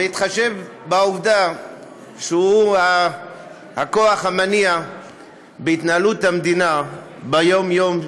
בהתחשב בעובדה שהוא הכוח המניע בהתנהלות המדינה יום-יום,